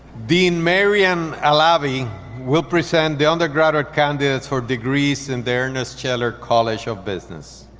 dean maryam alavi will present the undergraduate candidates for degrees in the ernest scheller college of business.